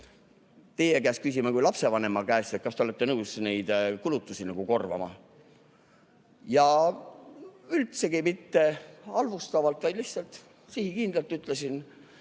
teie käest küsima kui lapsevanema käest, kas te olete nõus neid kulutusi korvama. Üldsegi mitte halvustavalt, vaid lihtsalt sihikindlalt ütlesin,